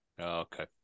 Okay